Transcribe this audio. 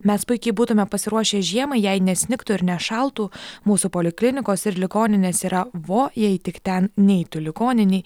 mes puikiai būtumėme pasiruošę žiemai jei nesnigtų ir nešaltų mūsų poliklinikos ir ligoninės yra vo jei tik ten neitų ligoninėj